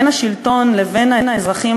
בין השלטון לבין האזרחים,